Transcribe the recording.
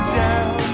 down